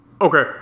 Okay